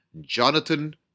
Jonathan